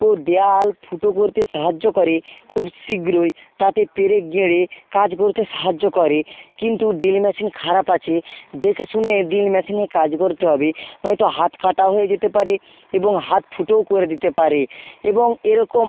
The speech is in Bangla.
কো দেওয়াল ফুটো করতে সাহায্য করে খুব শীঘ্রই তাতে পেরেক গেঁড়ে কাজ করতে সাহায্য করে কিন্তু ড্রিল ম্যাশিন খারাপ আছে দেখে শুনে ড্রিল ম্যাশিনে কাজ করতে হবে নয়তো হাত কাটা হয়ে যেতে পারে এবং হাত ফুটোও করে দিতে পারে এবং এরকম